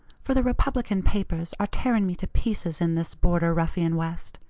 for the republican papers are tearing me to pieces in this border ruffian west.